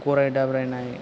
गराय दाब्रायनाय